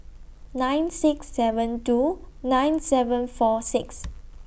nine six seven two nine seven four six